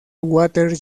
waters